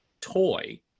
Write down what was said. toy